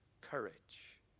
courage